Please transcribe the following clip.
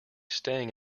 staying